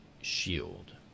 SHIELD